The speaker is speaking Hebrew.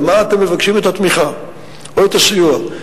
לְמה אתם מבקשים את התמיכה או את הסיוע,